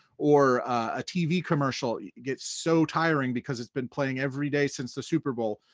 or a tv commercial gets so tiring because it's been playing every day since the superbowl,